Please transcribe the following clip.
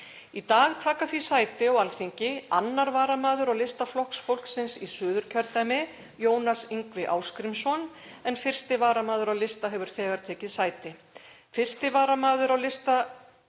Í dag taka því sæti á Alþingi 2. varamaður á lista Flokks fólksins í Suðurkjördæmi, Jónas Yngvi Ásgrímsson, en 1. varamaður á lista hefur þegar tekið sæti; 1. varamaður á lista